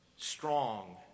strong